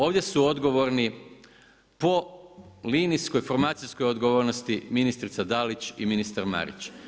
Ovdje su odgovorni po linijskoj formacijskoj odgovornosti ministrica Dalić i ministar Marić.